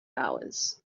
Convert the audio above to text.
hours